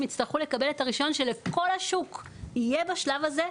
יצטרכו לקבל את הרישיון שלכל השוק יהיה בשלב הזה,